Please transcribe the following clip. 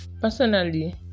personally